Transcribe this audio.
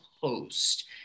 host